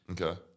Okay